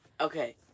Okay